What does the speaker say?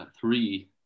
three